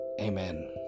Amen